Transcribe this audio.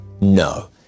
No